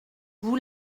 vous